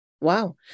Wow